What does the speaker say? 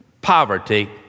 poverty